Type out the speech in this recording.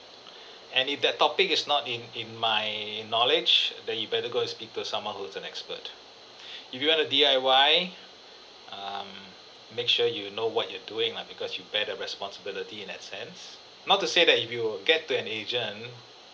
and if that topic is not in in my knowledge then you better go and speak to some who's an expert if you want to D_I_Y um make sure you know what you're doing lah because you bear the responsibility in that sense not to say that if you get to an agent